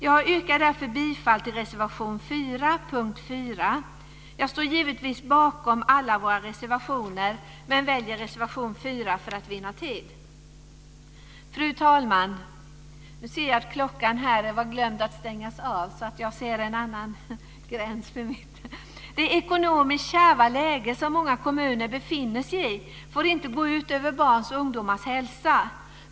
Jag yrkar därför bifall till reservation 4 under punkt 4. Jag står givetvis bakom alla våra reservationer men väljer reservation 4 för att vinna tid. Fru talman! Det ekonomiskt kärva läge många kommuner befinner sig i får inte gå ut över barns och ungdomars hälsa.